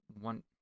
one